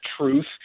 truth